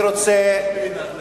אני רוצה